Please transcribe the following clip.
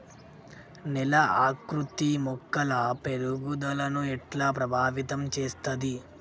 నేల ఆకృతి మొక్కల పెరుగుదలను ఎట్లా ప్రభావితం చేస్తది?